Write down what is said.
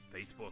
Facebook